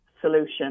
solution